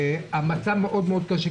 המצב מאוד קשה.